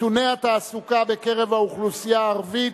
נתוני התעסוקה בקרב האוכלוסייה הערבית,